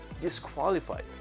disqualified